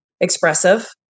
expressive